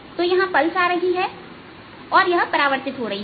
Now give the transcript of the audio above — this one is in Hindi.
तो यहां पल्स आ रही है और यह परावर्तित हो रही है